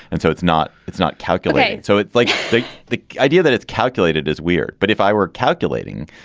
and so it's not it's not calculated. so it's like the idea that it's calculated as weird. but if i were calculating,